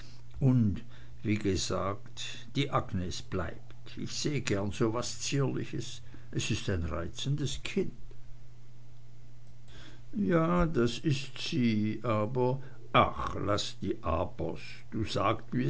und wie gesagt die agnes bleibt ich sehe so gern was zierliches es is ein reizendes kind ja das is sie aber ach laß die abers du sagst